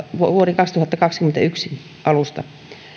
vuoden kaksituhattakaksikymmentäyksi alusta